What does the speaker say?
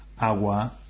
agua